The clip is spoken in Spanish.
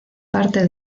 parte